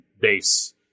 base